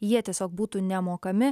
jie tiesiog būtų nemokami